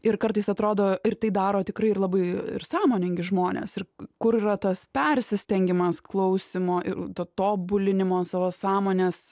ir kartais atrodo ir tai daro tikrai ir labai sąmoningi žmonės ir kur yra tas persistengimas klausymo ir tobulinimo savo sąmonės